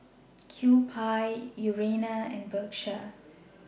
Kewpie Urana and Bershka